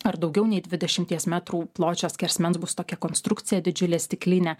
ar daugiau nei dvidešimties metrų pločio skersmens bus tokia konstrukcija didžiulė stiklinė